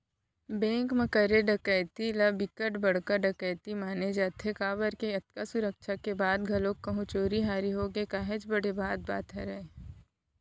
bank म करे डकैती ल बिकट बड़का डकैती माने जाथे काबर के अतका सुरक्छा के बाद घलोक कहूं चोरी हारी होगे काहेच बड़े बात बात हरय